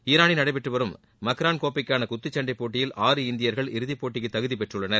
ஈராளில் நடைபெற்று வரும் மன்ராள் கோப்பைக்கான குத்துச் சண்டை போட்டியில் ஆறு இந்தியர்கள் இறுதி போட்டிக்கு தகுதி பெற்றுள்ளனர்